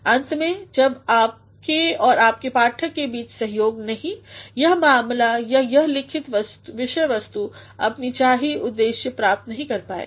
अंत में जब तक आपके और आपके पाठक के बीच सहयोग नहींयह मामला या यह लिखितविषय वस्तुअपनी चाही उद्देश्य प्राप्त नहीं कर पाएगा